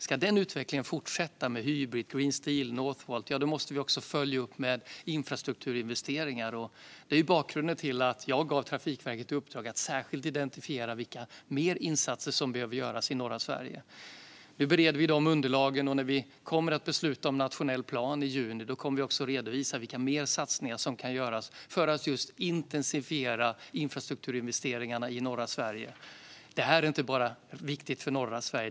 Om den utvecklingen ska fortsätta, med Hybrit, H2 Green Steel och Northvolt, måste vi följa upp med infrastrukturinvesteringar. Det är bakgrunden till att jag gav Trafikverket i uppdrag att särskilt identifiera vilka mer insatser som behöver göras i norra Sverige. Nu bereder vi de underlagen. När vi i juni kommer att besluta om den nationella planen kommer vi också att redovisa vilka mer satsningar som kan göras just för att intensifiera infrastrukturinvesteringarna i norra Sverige. Det här är viktigt, inte bara för norra Sverige.